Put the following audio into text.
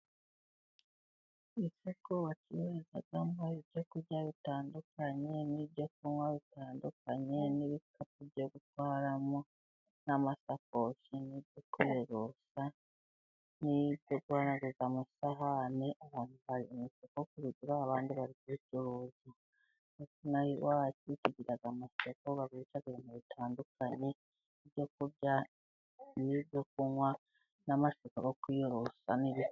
Isoko bacururizwamo ibyo kurya bitandukanye n'ibyo kunwa bitandukanye, n'ibikapu byo gutwaramo n'amasakoshi n'ibyo kwiyorosa, n'ibyo guhanaguza amasahane, abantu baje mu isoko kubigura abandi bari kubicuruzi. Natwe ino aha iwacu tugira amasoko bagurishamo ibintu bitandukanye, ibyo kurya n'ibyo kunwa n'amashuka yo kwiyorosa n'ibi......